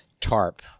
tarp